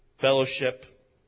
fellowship